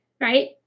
right